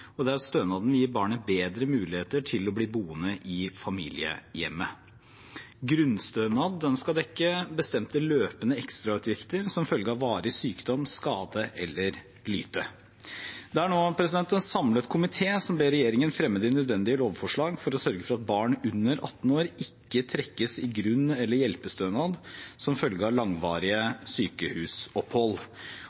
og der stønaden gir barnet bedre muligheter til å bli boende i familiehjemmet. Grunnstønaden skal dekke bestemte løpende ekstrautgifter som følge av varig sykdom, skade eller lyte. Det er nå en samlet komité som ber regjeringen fremme de nødvendige lovforslag for å sørge for at barn under 18 år ikke trekkes i grunn- eller hjelpestønad som følge av langvarige